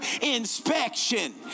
inspection